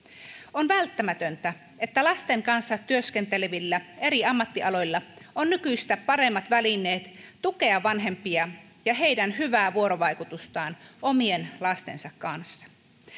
on välttämätöntä että lasten kanssa työskentelevillä eri ammattialoilla on nykyistä paremmat välineet tukea vanhempia ja heidän hyvää vuorovaikutustaan omien lastensa kanssa